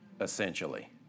essentially